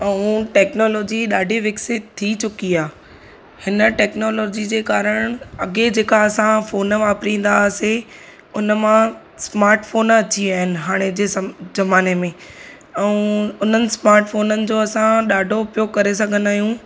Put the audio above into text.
ऐं टेक्नोलॉजी ॾाढी विकसित थी चुकी आहे हिन टेक्नोलॉजी जे कारण अॻे जेका असां फ़ोन वापरींदा हुआसीं उनमां स्मार्ट फ़ोन अची विया आहिनि हाणे जे सम ज़माने में ऐं उन्हनि स्मार्ट फ़ोननि जो असां ॾाढो उपयोगु करे सघंदा आहियूं